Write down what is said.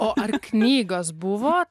o knygos buvo